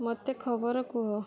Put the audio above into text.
ମୋତେ ଖବର କୁହ